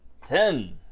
Ten